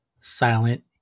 Silent